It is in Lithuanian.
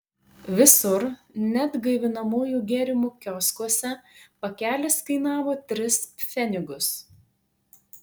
visur net gaivinamųjų gėrimų kioskuose pakelis kainavo tris pfenigus